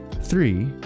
Three